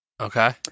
Okay